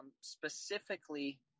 specifically